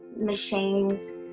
machines